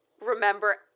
remember